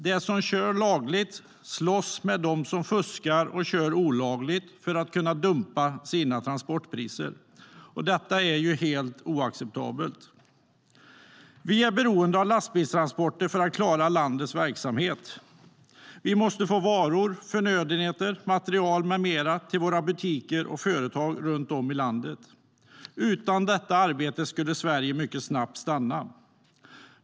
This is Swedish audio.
De som kör lagligt slåss med dem som fuskar och kör olagligt för att kunna dumpa sina transportpriser. Det är helt oacceptabelt. Vi är beroende av lastbilstransporter för att klara landets verksamhet. Vi måste få varor, förnödenheter, material med mera till våra butiker och företag runt om i landet. Utan det arbetet skulle Sverige mycket snabbt stanna.